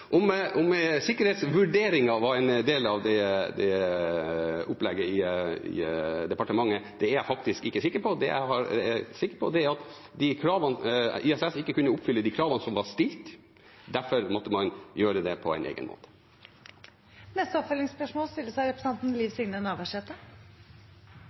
Om sikkerhetsvurderingen var en del av opplegget i departementet, er jeg faktisk ikke sikker på. Det jeg er sikker på, er at ISS ikke kunne oppfylle de kravene som var stilt, derfor måtte man gjøre det på en egen måte. Liv Signe Navarsete – til oppfølgingsspørsmål.